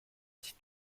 sich